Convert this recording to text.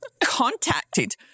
contacted